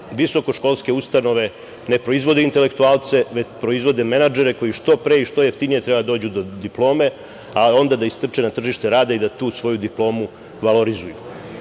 visokoškolske ustanove ne proizvode intelektualce, već proizvode menadžere koji što pre i što jeftinije treba da dođu do diplome, a onda da istrče na tržište rada i da tu svoju diplomu valorizuju